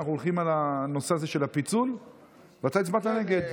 שאנחנו הולכים על הנושא הזה של הפיצול ואתה הצבעת נגד?